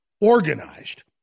organized